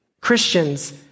Christians